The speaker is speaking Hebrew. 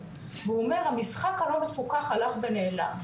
והוא אומר המשחק הלא מפוקח הלך ונעלם.